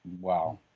wow